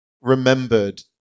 remembered